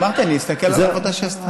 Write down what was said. אמרתי, אני אסתכל על העבודה שהיא עשתה.